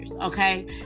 okay